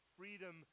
freedom